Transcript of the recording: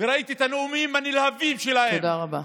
וראיתי את הנאומים הנלהבים שלהם, תודה רבה.